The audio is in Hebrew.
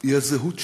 היא הזהות שלו,